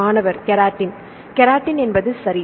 மாணவர் keratin keratin என்பது சரி